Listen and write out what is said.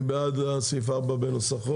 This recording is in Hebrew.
מי בעד סעיף 4 בנוסחו?